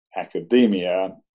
academia